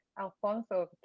Alfonso